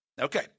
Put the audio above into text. Okay